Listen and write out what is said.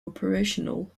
operational